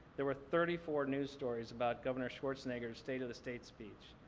there were thirty four news stories about governor schwarzenegger's state of the state speech.